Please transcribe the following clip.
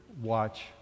watch